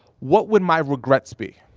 what would my regrets be?